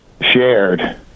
shared